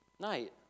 night